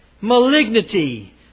malignity